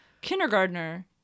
kindergartner